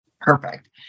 Perfect